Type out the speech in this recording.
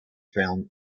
found